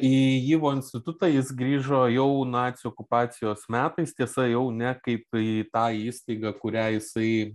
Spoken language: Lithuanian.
į yvo institutą jis grįžo jau nacių okupacijos metais tiesa jau ne kaip į tą įstaigą kurią jisai